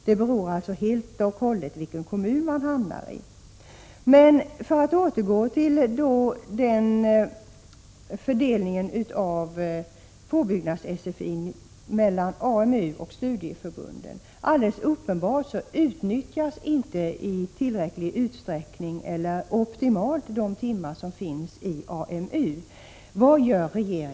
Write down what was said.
Det beror alltså helt och hållet på vilken kommun man hamnar i.